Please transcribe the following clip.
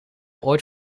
ooit